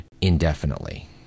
indefinitely